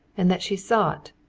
and that she sought,